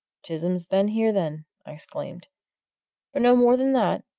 chisholm's been here, then? i exclaimed. for no more than that?